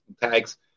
tags